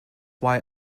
why